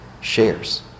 shares